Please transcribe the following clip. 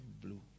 blue